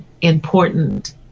important